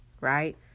right